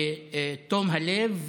בתום הלב,